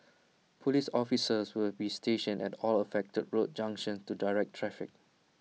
Police officers will be stationed at all affected road junctions to direct traffic